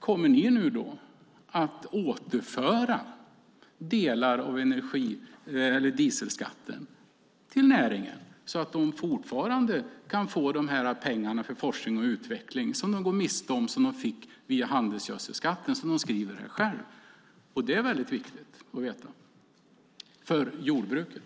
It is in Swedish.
Kommer ni nu att återföra delar av dieselskatten till näringen så att den fortfarande kan få de pengar till forskning och utveckling som den fick via handelsgödselskatten och som den nu går miste om? Så skriver LRF själva. Detta är viktigt att veta för jordbruket.